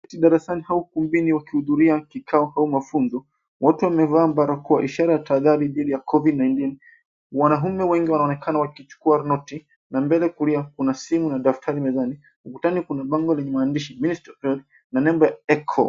Watu darasani au ukumbuni wa kihudhuria kikao au mafunzo, wote wamevaa barakoa ishara ya tahadhari ya Covid-19. Wanaume wengi wanaonekana wakichukua noti na mbele kulia kuna simu na daftari mezani. Ukutani kuna bango lenye maandishi mesto club na nembo ya echo .